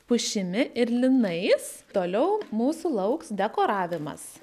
pušimi ir linais toliau mūsų lauks dekoravimas